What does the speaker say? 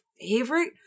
favorite